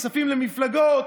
כספים למפלגות,